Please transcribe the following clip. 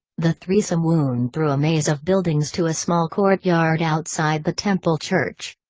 the threesome wound through a maze of buildings to a small courtyard outside the temple church.